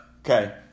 Okay